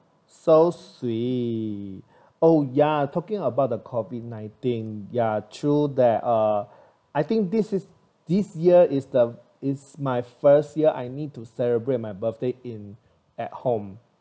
so sweet oh ya talking about the COVID nineteen ya true that uh I think this is this year is the is my first year I need to celebrate my birthday in at home